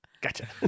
Gotcha